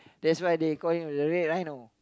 that's why they call him the red rhino